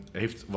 heeft